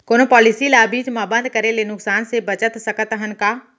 कोनो पॉलिसी ला बीच मा बंद करे ले नुकसान से बचत सकत हन का?